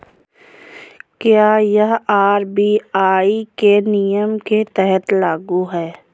क्या यह आर.बी.आई के नियम के तहत लागू है?